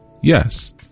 Yes